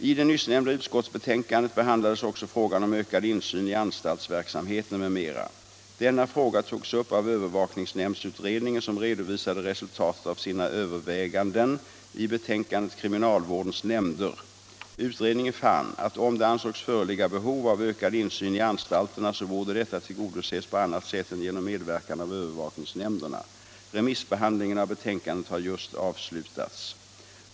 I det nyssnämnda utskottsbetänkandet behandlades också frågan om ökad insyn i anstaltsverksamheten m.m. Denna fråga togs upp av övervakningsnämndsutredningen, som redovisade resultatet av sina överväganden i betänkandet Kriminalvårdens nämnder. Utredningen fann att om det ansågs föreligga behov av ökad insyn i anstalterna, så borde detta tillgodoses på annat sätt än genom medverkan av övervakningsnämnderna. Remissbehandlingen av betänkandet har just avslutats.